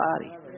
body